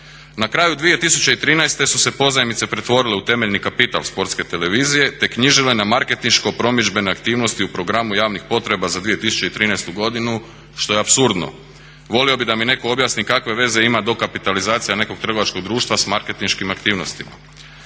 Na kraju 2013. su se pozajmice pretvorile u temeljni kapital Sportske televizije te knjižile na marketinško promidžbene aktivnosti u programu javnih potreba za 2013. godinu što je apsurdno. Volio bih da mi netko objasni kakve veze ima dokapitalizacija nekog trgovačkog društva sa marketinškim aktivnostima.